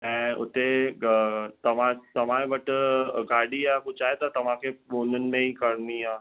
ऐं हुते तव्हां तव्हां वटि गाॾी या कुझु आहे त तव्हांखे हुननि में ई करणी आहे